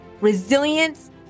resilience